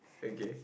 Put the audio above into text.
okay